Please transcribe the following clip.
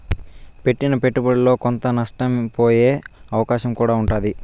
పెట్టిన పెట్టుబడిలో కొంత నష్టపోయే అవకాశం కూడా ఉంటాది